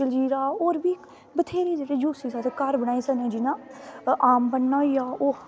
जलजीरा होर बी बत्थेरे जूसिस अस घर बनाई सकने जियां आमबन्ना होईया ओह्